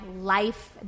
life